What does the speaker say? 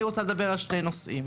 אני רוצה לדבר על שני נושאים,